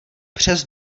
přes